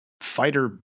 fighter